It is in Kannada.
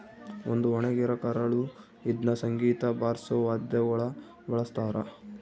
ಒಂದು ಒಣಗಿರ ಕರಳು ಇದ್ನ ಸಂಗೀತ ಬಾರ್ಸೋ ವಾದ್ಯಗುಳ ಬಳಸ್ತಾರ